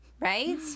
right